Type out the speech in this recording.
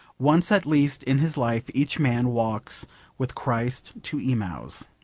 once at least in his life each man walks with christ to emmaus.